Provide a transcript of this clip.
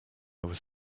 was